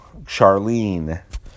Charlene